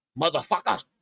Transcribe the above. Motherfucker